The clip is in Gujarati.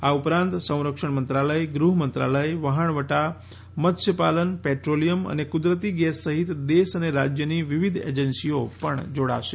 આ ઉપરાંત સંરક્ષણ મંત્રાલય ગૃહમંત્રાલય વહાણવટા મત્સ્ત્યપાલન પેટ્રોલિયમ અને કુદરતી ગેસ સહિત દેશ અને રાજ્યોની વિવિધ એજન્સીઓ જોડાશે